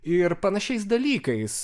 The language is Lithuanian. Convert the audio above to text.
ir panašiais dalykais